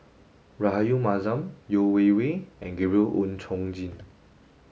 Rahayu Mahzam Yeo Wei Wei and Gabriel Oon Chong Jin